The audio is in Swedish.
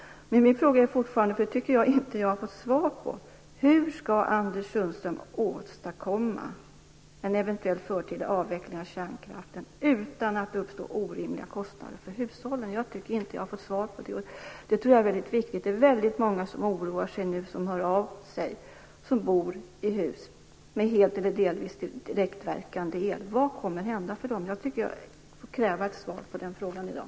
Min fråga är fortfarande hur Anders Sundström skall åstadkomma en eventuell förtida avveckling av kärnkraften utan att det uppstår orimliga kostnader för hushållen. Jag tycker inte att jag har svar på det. Jag tror att det är mycket viktigt att vi får det. Väldigt många som bor i hus med helt eller delvis direktverkande el är oroliga och hör av sig. Vad kommer att hända med dem? Jag tycker att jag kan kräva ett svar på den frågan i dag.